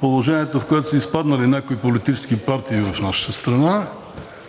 положението, в което са изпаднали някои политически партии в нашата страна,